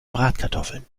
bratkartoffeln